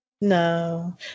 No